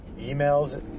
emails